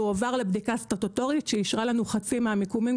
זה הועבר לבדיקה סטטוטורית שאישרה לנו להתחיל כבר בחצי מהמיקומים.